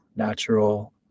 natural